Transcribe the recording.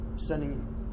sending